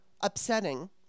upsetting